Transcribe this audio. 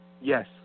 Yes